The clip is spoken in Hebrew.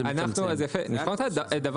יכול